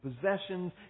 possessions